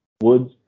Woods